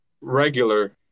regular